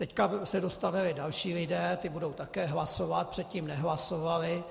Teď se dostavili další lidé, ti budou také hlasovat, předtím nehlasovali.